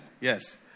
Yes